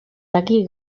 daki